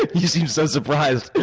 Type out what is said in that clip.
you seem so surprised.